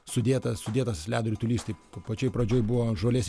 sudėtas sudėtas ledo ritulys taip o pačioj pradžioj buvo žolės